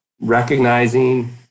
recognizing